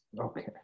Okay